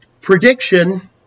prediction